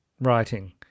writing